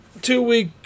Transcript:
two-week